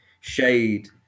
shade